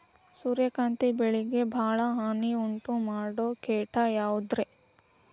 ಸೂರ್ಯಕಾಂತಿ ಬೆಳೆಗೆ ಭಾಳ ಹಾನಿ ಉಂಟು ಮಾಡೋ ಕೇಟ ಯಾವುದ್ರೇ?